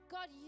God